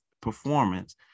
performance